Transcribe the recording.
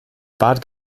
bad